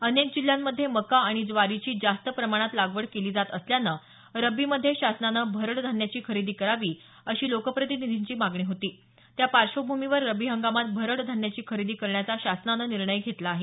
अनेक जिल्ह्यांमध्ये मका आणि ज्वारीची जास्त प्रमाणात लागवड केली जात असल्याने रब्बीमध्ये शासनाने भरड धान्याची खरेदी करावी अशी लोकप्रतिनिधींची मागणी होती त्या पार्श्वभूमीवर रब्बी हंगामात भरड धान्याची खरेदी करण्याचा शासनानं निर्णय घेतला आहे